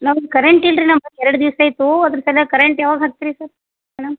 ನಮ್ಗೆ ಕರೆಂಟ್ ಇಲ್ಲ ರೀ ನಮ್ಮಲ್ಲ್ ಎರಡು ದಿವ್ಸ ಆಯಿತು ಅದ್ರ ಸಲೇಕ ಕರೆಂಟ್ ಯಾವಾಗ ಹಾಕ್ತೀರಿ ಸರ್ ಮೇಡಮ್